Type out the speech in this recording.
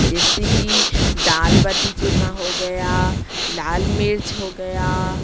जेसे कि डाल बटी चुरमा हो गया लाल मिर्च हो गया